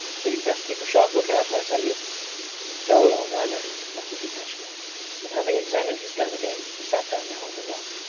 so you'd best keep a sharp look-out, i tell you go along i know muttered lukashka and having examined his gun again he sat down behind the log.